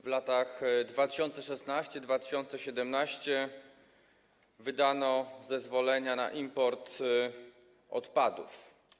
W latach 2016 i 2017 wydano zezwolenia na import odpadów.